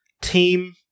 team